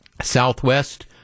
Southwest